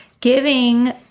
giving